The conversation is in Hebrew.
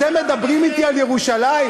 אתם מדברים אתי על ירושלים?